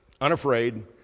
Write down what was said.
unafraid